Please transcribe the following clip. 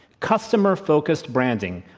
customer-focused branding.